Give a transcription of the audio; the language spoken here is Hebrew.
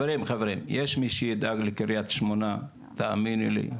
חברים, יש מי שידאג לקריית שמונה, תאמיני לי,